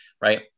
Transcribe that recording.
right